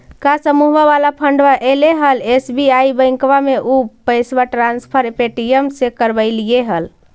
का समुहवा वाला फंडवा ऐले हल एस.बी.आई बैंकवा मे ऊ पैसवा ट्रांसफर पे.टी.एम से करवैलीऐ हल?